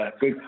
good